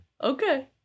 Okay